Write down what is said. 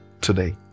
today